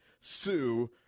sue